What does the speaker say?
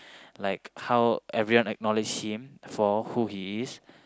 like how everyone acknowledge him for who he is